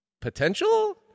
potential